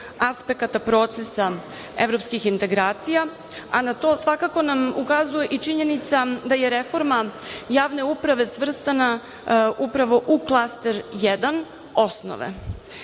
aspekata procesa evropskih integracija, a na to svakako nam ukazuje i činjenica da je reforma javne uprave svrstana upravo u Klaster 1. osnove. Želim